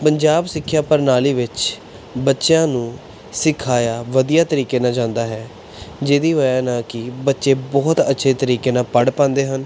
ਪੰਜਾਬ ਸਿੱਖਿਆ ਪ੍ਰਣਾਲੀ ਵਿੱਚ ਬੱਚਿਆਂ ਨੂੰ ਸਿਖਾਇਆ ਵਧੀਆ ਤਰੀਕੇ ਨਾਲ ਜਾਂਦਾ ਹੈ ਜਿਹਦੀ ਵਜ੍ਹਾ ਨਾਲ ਕਿ ਬੱਚੇ ਬਹੁਤ ਅੱਛੇ ਤਰੀਕੇ ਨਾਲ ਪੜ੍ਹ ਪਾਉਂਦੇ ਹਨ